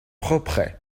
propret